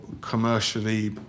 commercially